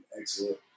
excellent